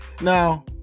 Now